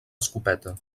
escopeta